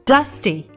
Dusty